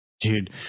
Dude